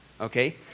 okay